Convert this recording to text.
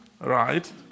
right